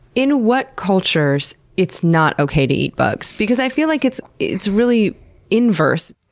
in what cultures, it's not okay to eat bugs. because i feel like it's it's really inverse.